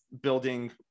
building